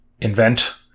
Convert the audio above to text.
invent